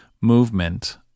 movement